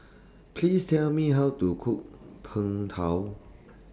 Please Tell Me How to Cook Png Tao